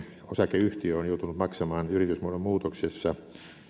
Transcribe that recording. osakeyhtiö on joutunut maksamaan yritysmuodon muutoksessa